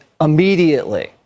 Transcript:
immediately